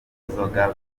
n’inzoga